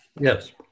yes